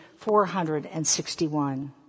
461